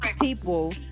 people